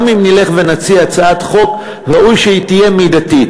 גם אם נלך ונציע הצעת חוק, ראוי שהיא תהיה מידתית.